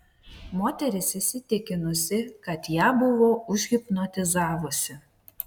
moteris įsitikinusi kad ją buvo užhipnotizavusi